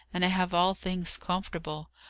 and i have all things comfortable.